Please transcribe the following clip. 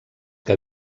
que